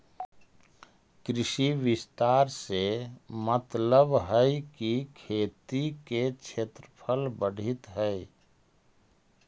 कृषि विस्तार से मतलबहई कि खेती के क्षेत्रफल बढ़ित हई